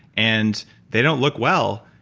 and they don't look well,